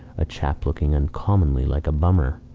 a chap looking uncommonly like a bummer.